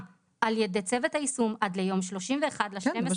על ידי צוות היישום עד ליום 31.12.2021". כן,